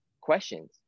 questions